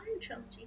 trilogy